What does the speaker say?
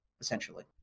essentially